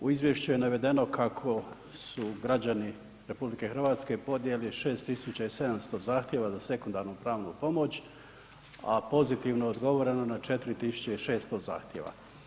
U izvješću je navedeno kako su građani RH podnijeli 6 700 zahtjeva za sekundarnu pravnu pomoć, a pozitivno je odgovorena na 4600 zahtjeva.